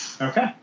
Okay